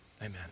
Amen